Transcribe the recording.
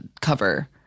cover